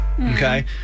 Okay